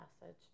message